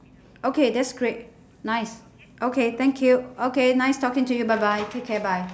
okay that's great nice okay thank you okay nice talking to you bye bye take care bye